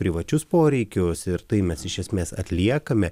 privačius poreikius ir tai mes iš esmės atliekame